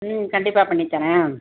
ம் கண்டிப்பாக பண்ணித் தர்றேன்